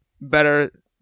better